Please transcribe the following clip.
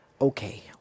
Okay